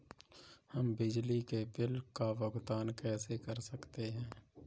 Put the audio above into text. हम बिजली के बिल का भुगतान कैसे कर सकते हैं?